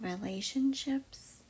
Relationships